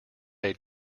aid